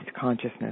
consciousness